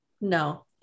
no